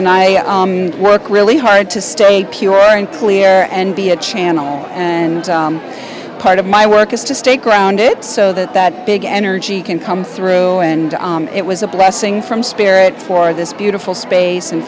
i work really hard to stay pure and clear and be a channel and part of my work is to stay grounded so that that big energy can come through and it was a blessing from spirit for this beautiful space and